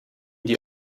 die